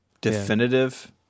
definitive